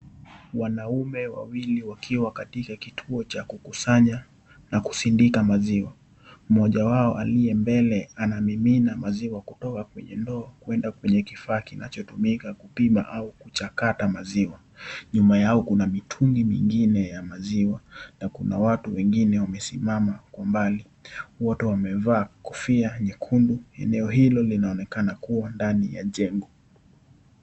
Wanume wawili wakiwa katika kituo cha kukusanya na kusindika maziwa, mmoja wao aliye mbele anamimina maziwa kutoka kwenye ndoo kwenda kwenye kifaa kinachotumika kupima au kuchakata maziwa, nyuma yao kuna mitungi mingine ya maziwa na kuna watu wengine wamesiamama kwa mbali. Wote wamevaa kofia nyekundu. Eneo hilo linaonekana kuwa ndani ya jengo.